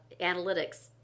analytics